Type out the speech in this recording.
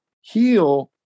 heal